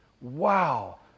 Wow